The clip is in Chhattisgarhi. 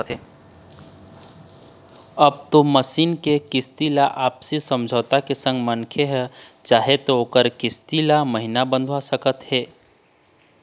अब ओ मसीन के किस्ती ल आपसी समझौता के संग मनखे ह चाहे त ओखर किस्ती ल महिना बंधवा सकत हे